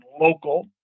local